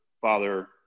father